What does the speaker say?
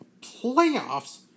playoffs